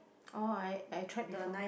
oh I I tried before